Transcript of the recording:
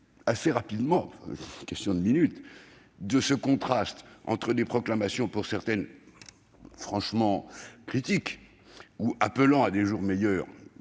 assez rapidement- c'est une question de minutes -de ce contraste entre des proclamations, pour certaines franchement critiques, ou appelant à des jours meilleurs,